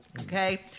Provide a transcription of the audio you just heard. Okay